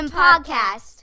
podcast